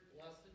blessed